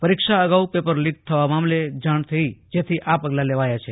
પરીક્ષા અગાઉ paper leak થવા મામલે જાણ થઈ જેથી આ પગલા લેવાયા છે